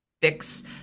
fix